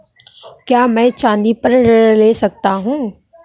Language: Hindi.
क्या मैं चाँदी पर ऋण ले सकता हूँ?